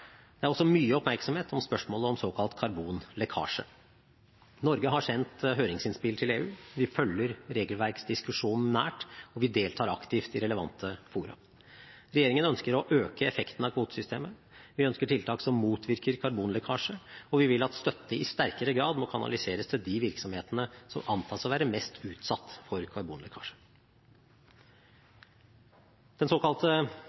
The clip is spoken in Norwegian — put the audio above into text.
Det er også mye oppmerksomhet om spørsmålet om såkalt karbonlekkasje. Norge har sendt høringsinnspill til EU, vi følger regelverksdiskusjonen nært, og vi deltar aktivt i relevante fora. Regjeringen ønsker å øke effekten av kvotesystemet, vi ønsker tiltak som motvirker karbonlekkasje, og vi vil at støtte i sterkere grad må kanaliseres til de virksomhetene som antas å være mest utsatt for karbonlekkasje. Den såkalte